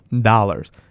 dollars